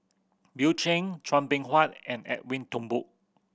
Bill Chen Chua Beng Huat and Edwin Thumboo